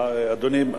אדוני,